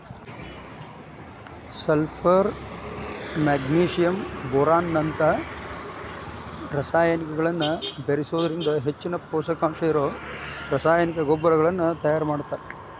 sulphur magnesium boron ನಂತ ರಸಾಯನಿಕಗಳನ್ನ ಬೇರಿಸೋದ್ರಿಂದ ಹೆಚ್ಚಿನ ಪೂಷಕಾಂಶ ಇರೋ ರಾಸಾಯನಿಕ ಗೊಬ್ಬರಗಳನ್ನ ತಯಾರ್ ಮಾಡ್ತಾರ